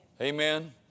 Amen